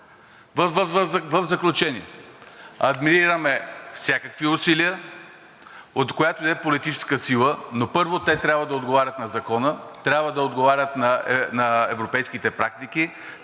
В заключение, адмирираме всякакви усилия от която и да е политическа сила, но първо, те трябва да отговарят на закона, трябва да отговарят на европейските практики